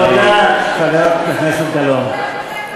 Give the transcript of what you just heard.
בבקשה, אדוני השר,